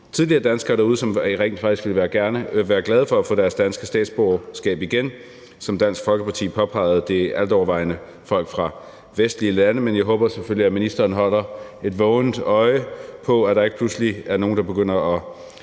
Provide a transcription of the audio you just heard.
tidligere danskere derude, som rent faktisk ville være glade for at få deres danske statsborgerskab tilbage. Som Dansk Folkeparti påpegede, er det altovervejende folk fra vestlige lande, men jeg håber selvfølgelig, at ministeren holder et vågent øje med, at der ikke pludselig er nogle, der begynder at,